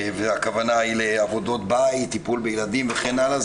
והכוונה לעבודות בית, טיפול בילדים וכן הלאה.